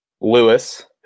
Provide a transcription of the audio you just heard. Lewis